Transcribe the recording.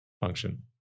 function